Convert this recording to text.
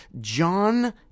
John